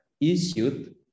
issued